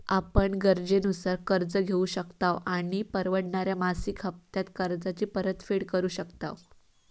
आपण गरजेनुसार कर्ज घेउ शकतव आणि परवडणाऱ्या मासिक हप्त्त्यांत कर्जाची परतफेड करु शकतव